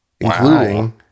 including